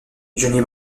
johnny